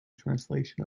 translation